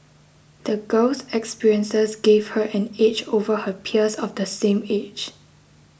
the girl's experiences gave her an edge over her peers of the same age